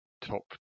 top